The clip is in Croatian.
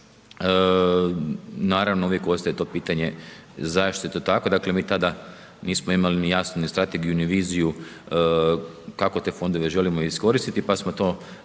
naravno uvijek ostaje to pitanje zašto je tako. Dakle mi tada nismo imali ni jasnu ni strategiju ni viziju kako te fondove želimo iskoristiti pa smo to